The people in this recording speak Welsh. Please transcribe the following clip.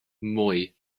moi